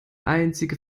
einzige